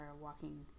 walking